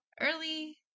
early